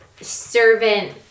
servant